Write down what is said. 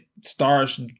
stars